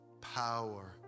power